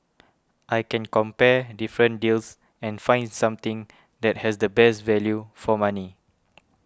I can compare different deals and find something that has the best value for money